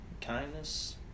kindness